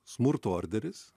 smurto orderis